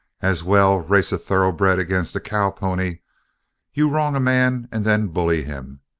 as well race a thoroughbred against a cowpony! you wrong a man and then bully him.